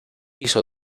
hizo